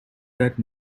that